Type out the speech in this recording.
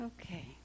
Okay